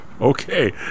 okay